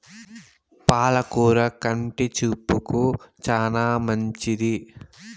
పాల కూర కంటి చూపుకు చానా మంచిది